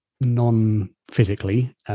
non-physically